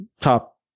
top